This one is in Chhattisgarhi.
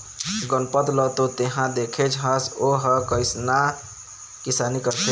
गनपत ल तो तेंहा देखेच हस ओ ह कइसना किसानी करथे